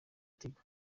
tigo